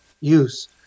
use